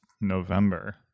november